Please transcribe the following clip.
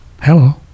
Hello